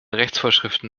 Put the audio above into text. rechtsvorschriften